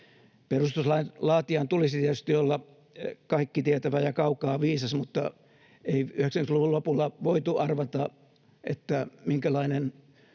Perustuslain laatijan tulisi tietysti olla kaikkitietävä ja kaukaa viisas, mutta ei 90-luvun lopulla voitu arvata, minkälainen